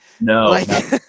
No